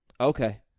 Okay